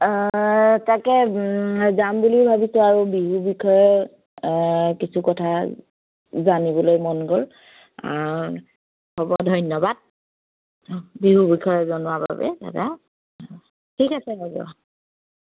তাকে যাম বুলি ভাবিছোঁ আৰু বিহুৰ বিষয়ে কিছু কথা জানিবলৈ মন গ'ল হ'ব ধন্যবাদ বিহুৰ বিষয়ে জনোৱাৰ বাবে দাদা ঠিক আছে হ'ব